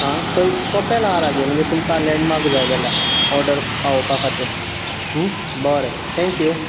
आं थंय कपॅल आहा लागी म्हणजे तुमकां लँडमार्क जाय जाल्यार ऑर्डर पावोवपा खातीर बरें थेंक्यू